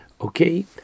Okay